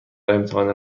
امتحان